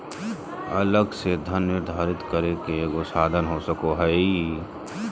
अलग से धन निर्धारित करे के एगो साधन हो सको हइ